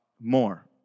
more